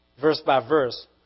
verse-by-verse